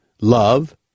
Love